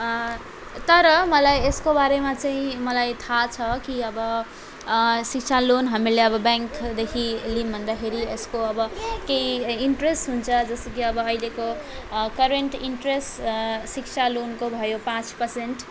तर मलाई यसको बारेमा चाहिँ मलाई थाहा छ कि अब शिक्षा लोन हामीले अब ब्याङ्कदेखि लियौँ भन्दाखेरि यसको अब केही इन्ट्रेस हुन्छ जस्तो कि अब अहिलेको करेन्ट इन्ट्रेस शिक्षा लोनको भयो पाँच पर्सेन्ट